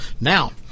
Now